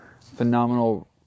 phenomenal